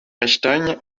einstein